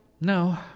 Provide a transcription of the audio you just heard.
No